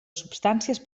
substàncies